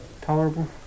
Tolerable